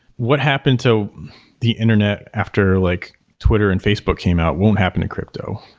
what happened to the internet after like twitter and facebook came out won't happen to crypto.